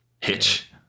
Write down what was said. Hitch